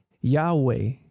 Yahweh